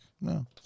No